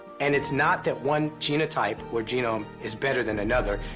and it's not that one genotype or genome is better than another.